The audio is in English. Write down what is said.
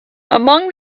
among